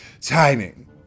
Timing